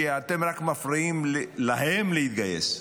כי אתם רק מפריעים להם להתגייס.